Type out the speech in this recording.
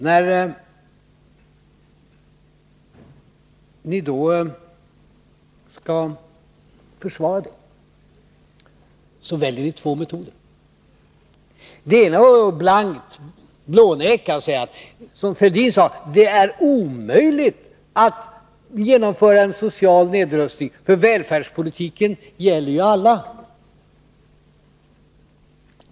När ni skall försvara ert handlande väljer ni två metoder. Den ena är att blåneka och säga som Thorbjörn Fälldin: Det är omöjligt att genomföra en social nedrustning för välfärdspolitiken gäller alla.